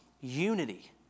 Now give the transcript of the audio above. Unity